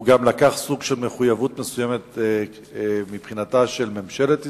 הוא גם לקח סוג של מחויבות מסוימת מבחינתה של ממשלת ישראל.